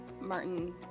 Martin